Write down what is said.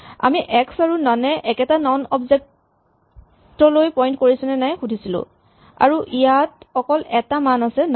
আমি এক্স আৰু নন এ একেটা নন অবজেক্ট লৈ পইন্ট কৰিছে নাই সুধিছিলো আৰু ইয়াত অকল এটা মান আছে নন